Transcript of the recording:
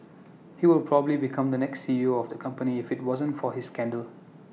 he will probably become the next C E O of the company if IT wasn't for his scandal